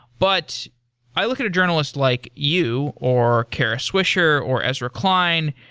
but i look at a journalist like you, or kara swisher, or ezra klein,